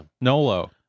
nolo